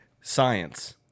science